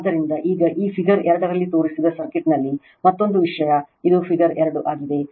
ಆದ್ದರಿಂದ ಈಗ ಈ ಫಿಗರ್ 2 ರಲ್ಲಿ ತೋರಿಸಿರುವ ಸರ್ಕ್ಯೂಟ್ನಲ್ಲಿ ಮತ್ತೊಂದು ವಿಷಯ ಇದು ಫಿಗರ್ 2 ಆಗಿದೆ